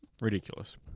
Ridiculous